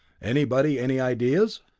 anybody any ideas?